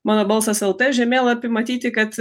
mano balsas lt žemėlapy matyti kad